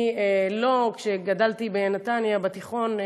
כשגדלתי בנתניה, בתיכון,